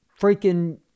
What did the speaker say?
freaking